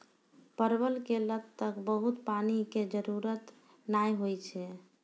परवल के लत क बहुत पानी के जरूरत नाय होय छै